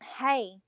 hey